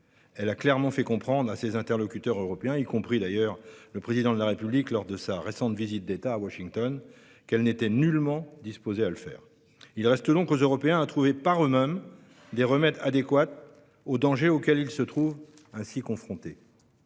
Elle a clairement fait comprendre à ses interlocuteurs européens, y compris le Président de la République lors de sa récente visite d'État à Washington, qu'elle n'était nullement disposée à le faire. Il reste donc aux Européens à trouver par eux-mêmes des remèdes adéquats au danger auquel ils se trouvent ainsi confrontés.